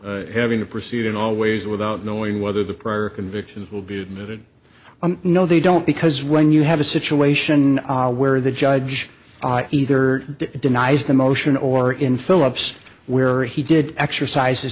place having to proceed in all ways without knowing whether the prior convictions will be admitted no they don't because when you have a situation where the judge either denies the motion or in philip's where he did exercise